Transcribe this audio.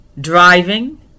driving